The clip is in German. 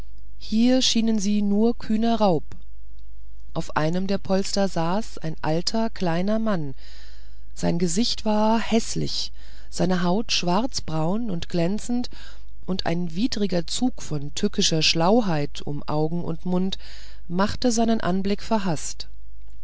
hier schienen sie nur kühner raub auf einem der polster saß ein alter kleiner mann sein gesicht war häßlich seine haut schwarzbraun und glänzend und ein widriger zug von tückischer schlauheit um augen und mund machten seinen anblick verhaßt